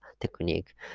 technique